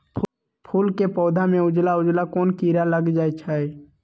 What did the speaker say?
फूल के पौधा में उजला उजला कोन किरा लग जई छइ?